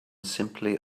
simply